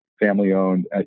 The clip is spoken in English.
family-owned